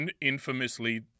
Infamously